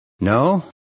No